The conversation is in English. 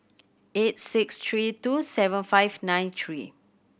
eight six three two seven five nine three